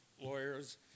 lawyers